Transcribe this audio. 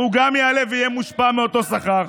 וגם הוא יעלה ויהיה מושפע מאותו שכר.